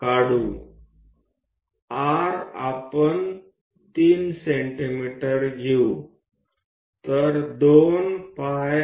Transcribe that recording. ચાલો આપણે r કદાચ 3 cm જેવુ કંઇ લઈએ